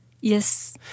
Yes